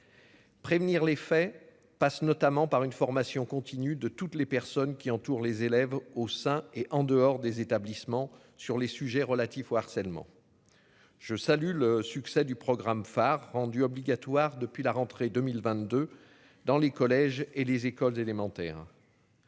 Prévenir les faits passe notamment par une formation continue de toutes les personnes qui entourent les élèves au sein et en dehors des établissements sur les sujets relatifs au harcèlement. Je salue le succès du programme phare rendue obligatoire depuis la rentrée 2022 dans les collèges et les écoles élémentaires.